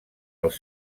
els